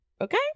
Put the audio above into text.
okay